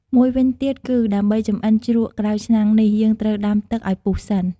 មួយវិញទៀតគឺ ដើម្បចម្អិនជ្រក់ក្រៅឆ្នាំងនេះ យើងត្រូវទឹកដាំឱ្យពុះសិន។